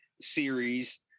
series